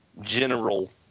general